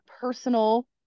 personal